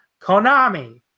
Konami